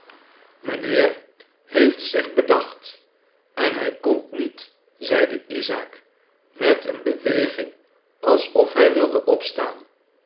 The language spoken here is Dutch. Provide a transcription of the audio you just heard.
mijnheer heeft zich bedacht en hij komt niet zeide isaak met eene beweging alsof hij wilde opstaan